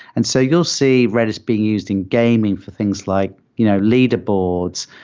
and so you'll see redis being used in gaming for things like you know leader boards,